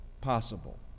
possible